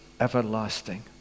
everlasting